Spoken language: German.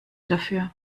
dafür